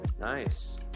Nice